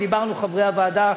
וחברי הוועדה,